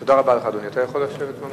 תודה רבה לך, אדוני, אתה יכול לשבת במקום.